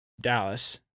Dallas